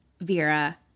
vera